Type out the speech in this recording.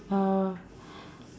uh